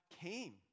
came